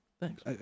Thanks